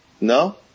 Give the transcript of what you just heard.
no